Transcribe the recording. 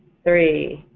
three,